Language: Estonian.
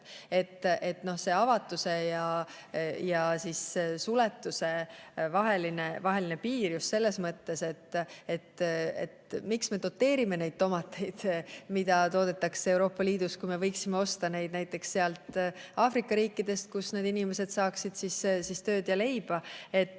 Tegu on avatuse ja suletuse vahelise piiriga selles mõttes, et miks me doteerime tomateid, mida toodetakse Euroopa Liidus, kui me võiksime osta neid näiteks Aafrika riikidest, kus kohalikud inimesed saaksid tööd ja leiba. See